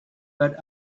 but